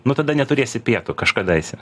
nu tada neturėsi pietų kažkadaise